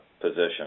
position